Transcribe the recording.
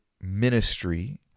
ministry